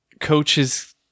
coaches